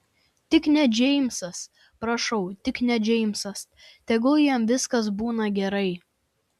tik ne džeimsas prašau tik ne džeimsas tegul jam viskas būna gerai